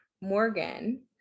Morgan